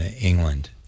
England